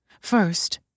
First